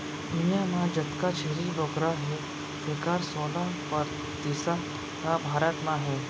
दुनियां म जतका छेरी बोकरा हें तेकर सोला परतिसत ह भारत म हे